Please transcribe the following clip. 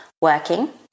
working